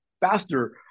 faster